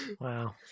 Wow